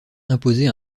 imposer